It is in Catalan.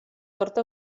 porta